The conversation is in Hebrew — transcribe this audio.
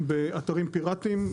באתרים פיראטיים,